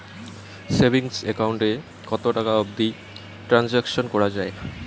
Savings account এ কতো টাকা অবধি ট্রানসাকশান করা য়ায়?